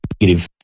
negative